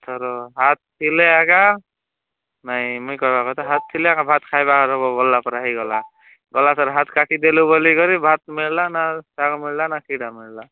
ଇଥର ହାତ୍ ଥିଲେ ଏକା ନାଇଁ ମୁଇଁ କହେବା କଥା ହାତ୍ ଥିଲେ ଏକା ଭାତ୍ ଖାଏବା ଆର୍ ବାବୁ ବଲଲା ପରା ହେଇଗଲା ଗଲାଥର ହାତ୍ କାଟିଦେଲୁ ବଲିକରି ଭାତ୍ ମିଲଲା ନାଁ ଶାଗ୍ ମିଲଲା ନାଁ କିଟା ମିଳିଲା